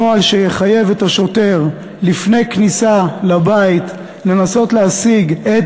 נוהל שיחייב את השוטר לפני כניסה לבית לנסות להשיג את